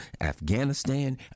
Afghanistan